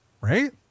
right